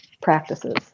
practices